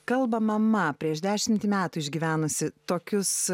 kalba mama prieš dešimtį metų išgyvenusi tokius